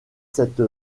cette